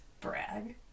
Brag